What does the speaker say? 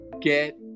get